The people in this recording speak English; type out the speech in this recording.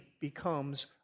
becomes